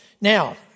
Now